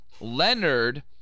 Leonard